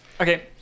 okay